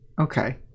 Okay